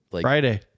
Friday